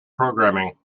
programming